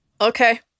okay